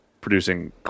producing